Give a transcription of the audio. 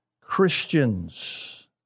Christians